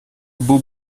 был